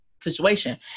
situation